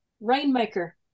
Rainmaker